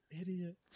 idiot